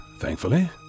thankfully